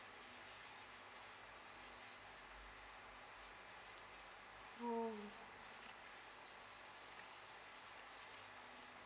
oh